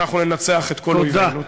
אנחנו ננצח את כל אויבינו.